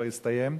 כבר הסתיים.